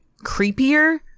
creepier